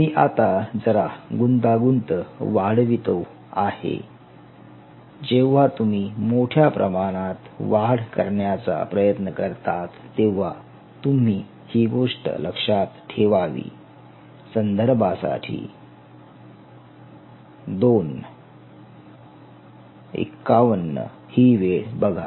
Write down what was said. मी आता जरा गुंतागुंत वाढवितो आहे जेव्हा तुम्ही मोठ्या प्रमाणात वाढ करण्याचा प्रयत्न करतात तेव्हा तुम्ही ही गोष्ट लक्षात ठेवावी 0251 संदर्भासाठी ही वेळ बघा